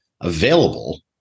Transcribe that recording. available